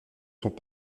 sont